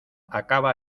acaba